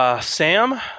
Sam